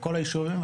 לכל הישובים.